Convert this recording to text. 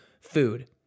food